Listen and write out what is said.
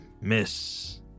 miss